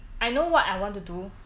I know what I want to do